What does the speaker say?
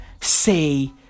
say